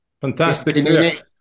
Fantastic